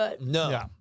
No